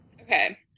Okay